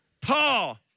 Paul